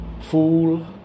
fool